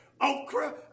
okra